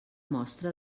mostra